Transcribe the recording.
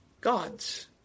gods